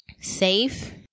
safe